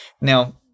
Now